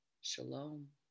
shalom